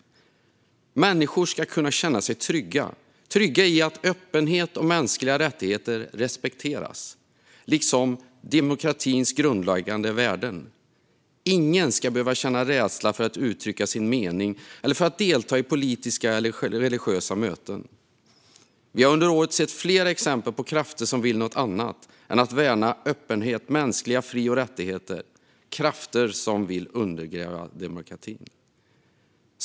Människor ska kunna känna sig trygga i att öppenhet och mänskliga rättigheter respekteras, liksom demokratins grundläggande värden. Ingen ska behöva känna rädsla för att uttrycka sin mening eller för att delta i politiska eller religiösa möten. Vi har under året sett flera exempel på krafter som vill något annat än att värna öppenhet och mänskliga fri och rättigheter, krafter som vill undergräva demokratin.